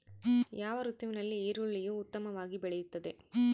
ಯಾವ ಋತುವಿನಲ್ಲಿ ಈರುಳ್ಳಿಯು ಉತ್ತಮವಾಗಿ ಬೆಳೆಯುತ್ತದೆ?